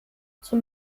zum